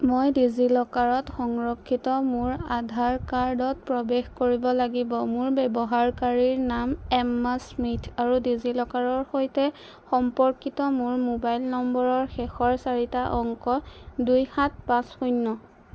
মই ডিজি লকাৰত সংৰক্ষিত মোৰ আধাৰ কাৰ্ডত প্ৰৱেশ কৰিব লাগিব মোৰ ব্যৱহাৰকাৰীৰ নাম এম্মা স্মিথ আৰু ডিজি লকাৰৰ সৈতে সম্পৰ্কিত মোৰ মোবাইল নম্বৰৰ শেষৰ চাৰিটা অংক দুই সাত পাঁচ শূণ্য